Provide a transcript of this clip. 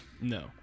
No